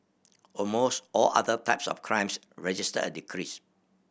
almost all other types of crimes registered a decrease